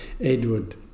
Edward